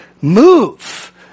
move